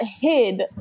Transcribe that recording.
hid